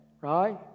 right